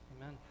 Amen